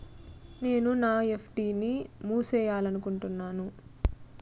నేను నా ఎఫ్.డి ని మూసేయాలనుకుంటున్నాను